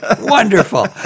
wonderful